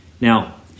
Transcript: Now